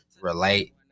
relate